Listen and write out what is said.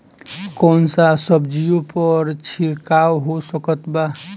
कौन सा सब्जियों पर छिड़काव हो सकत बा?